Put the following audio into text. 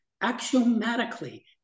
axiomatically